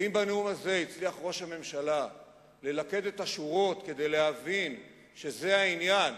ואם בנאום הזה הצליח ראש הממשלה ללכד את השורות כדי להבין שזה העניין,